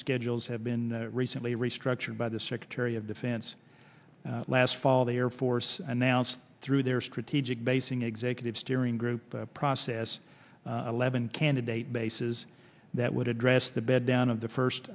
schedules have been recently restructured by the secretary of defense last fall the air force announced through their strategic basing executive steering group process eleven candidate bases that would address the bed down of the first